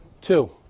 Two